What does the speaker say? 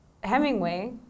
Hemingway